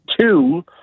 two